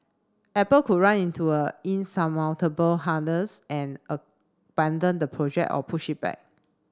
apple could run into a insurmountable hurdles and abandon the project or push it back